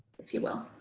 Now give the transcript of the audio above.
if you will.